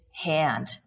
hand